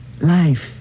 life